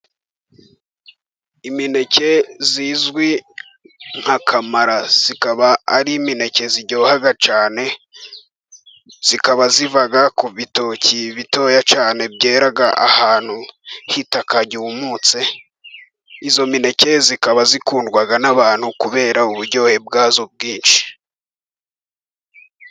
Imineke izwi nk'akamara ikaba ari imineke iryoha cyane, ikaba iva ku bitoki bitoya cyane byera ahantu h'itaka ryumutse, iyo mineke ikaba ikundwa n'abantu kubera uburyohe bwayo bwinshi.